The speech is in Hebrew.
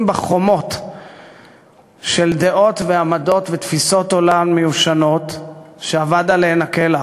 בחומות של דעות ועמדות ותפיסות עולם מיושנות שאבד עליהן כלח.